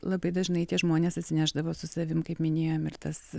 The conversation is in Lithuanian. labai dažnai tie žmonės atsinešdavo su savim kaip minėjom ir tas